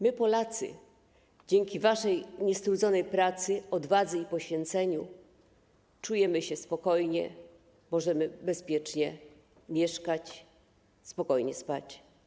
My, Polacy, dzięki waszej niestrudzonej pracy, odwadze i poświęceniu czujemy się spokojnie, możemy bezpiecznie mieszkać, spokojnie spać.